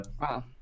wow